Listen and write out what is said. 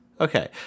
Okay